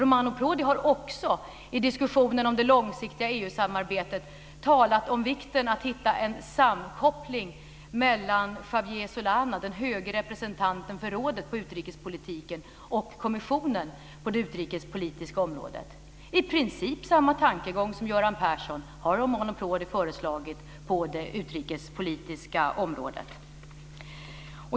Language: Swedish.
Romani Prodi har också i diskussionen om det långsiktiga EU-samarbetet talat om vikten av att hitta en samkoppling mellan Javier Solana, den höge representanten för rådet i utrikespolitiken, och kommissionen på det utrikespolitiska området. I princip samma tankegång som Göran Perssons har Romani Prodi föreslagit på det utrikespolitiska området.